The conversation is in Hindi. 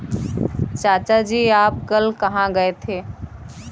चाचा जी आप कल कहां गए थे?